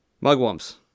Mugwumps